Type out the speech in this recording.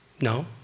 No